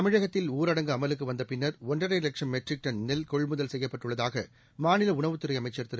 தமிழகத்தில் ஊரடங்கு அமலுக்கு வந்த பின்னா் ஒன்றரை வட்சம் மெட்ரிக் டன் நெல் கொள்முதல் செய்யப்பட்டுள்ளதாக மாநில உணவுத்துறை அமைச்சா் திரு